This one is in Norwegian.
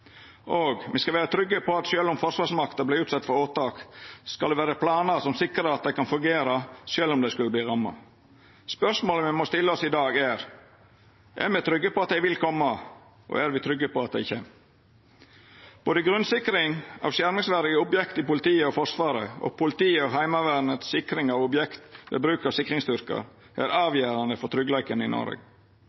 Og me skal vera trygge på at sjølv om forsvarsmakta vert utsett for åtak, skal det vera planar som sikrar at dei kan fungera sjølv om dei skulle verta ramma. Spørsmålet me må stilla oss i dag, er: Er me trygge på at dei vil koma, og er me trygge på at dei kjem? Både grunnsikring av skjermingsverdige objekt i politiet og Forsvaret og politiets og Heimevernets sikring av objekt ved bruk av sikringsstyrkar er avgjerande for tryggleiken i Noreg.